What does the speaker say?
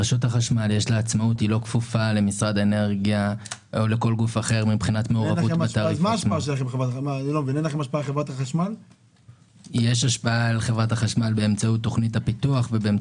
משרד האנרגיה החליט לשלם את התשלומים עבור חידושי התוכנה ועבור